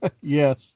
Yes